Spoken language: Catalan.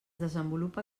desenvolupa